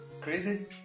Crazy